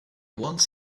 once